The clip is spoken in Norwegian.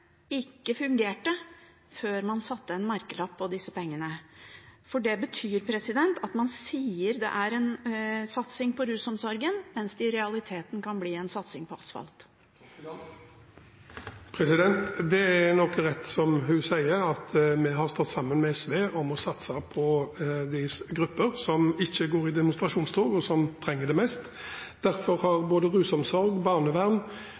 ikke fungerte før man satte en merkelapp på disse pengene? Det betyr at man sier det er en satsing på rusomsorgen, mens det i realiteten kan bli en satsing på asfalt. Det er nok riktig, som representanten sier, at vi har stått sammen med SV og satset på grupper som trenger det mest, men som ikke går i demonstrasjonstog.